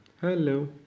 Hello